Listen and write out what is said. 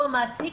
הוא המעסיק.